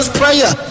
prayer